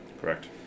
Correct